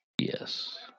Yes